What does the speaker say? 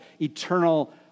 eternal